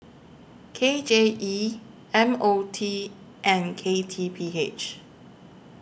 K J E M O T and K T P H